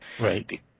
right